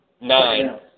nine